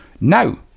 now